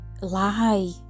lie